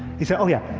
he said, oh, yeah.